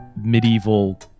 medieval